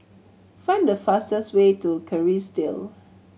find the fastest way to Kerrisdale